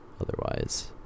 otherwise